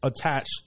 attached